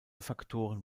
faktoren